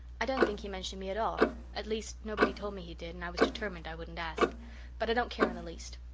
i don't think he mentioned me at all at least nobody told me he did and i was determined i wouldn't ask but i don't care in the least.